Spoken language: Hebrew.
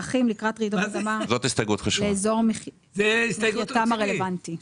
-- לאזרחים לקראת רעידות אדמה לאזור מחייתם הרלוונטי.